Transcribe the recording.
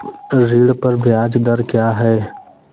ऋण पर ब्याज दर क्या है?